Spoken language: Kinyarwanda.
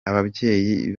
ababyeyi